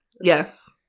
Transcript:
yes